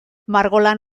margolan